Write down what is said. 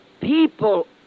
people